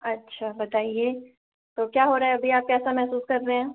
अच्छा बताइए तो क्या हो रहा है अभी आप कैसा महसूस कर रहे हैं